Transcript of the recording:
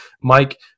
Mike